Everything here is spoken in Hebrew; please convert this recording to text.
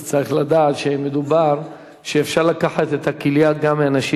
אז צריך לדעת שאפשר לקחת את הכליה מאנשים